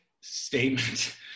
statement